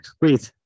Breathe